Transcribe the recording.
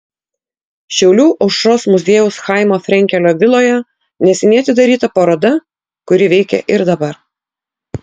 šiaulių aušros muziejaus chaimo frenkelio viloje neseniai atidaryta paroda kuri veikia ir dabar